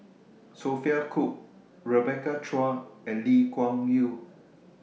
Sophia Cooke Rebecca Chua and Lee Kuan Yew